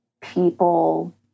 people